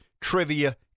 trivia